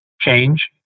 change